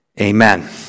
Amen